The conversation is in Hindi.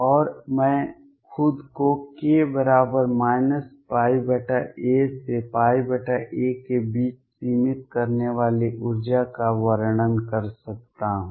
और मैं खुद को k बराबर πa से πa के बीच सीमित करने वाली ऊर्जा का वर्णन कर सकता हूं